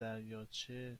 دریاچه